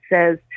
says